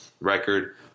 record –